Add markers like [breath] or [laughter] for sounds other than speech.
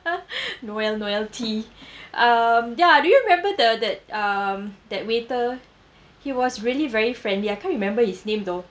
[breath] noel noel T [breath] um ya do you remember the that um that waiter he was really very friendly I can't remember his name though